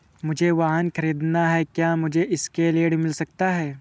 मुझे वाहन ख़रीदना है क्या मुझे इसके लिए ऋण मिल सकता है?